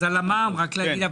אז על המע"מ רק להגיד.